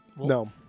No